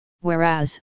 whereas